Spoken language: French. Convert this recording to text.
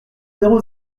zéro